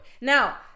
now